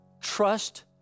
trust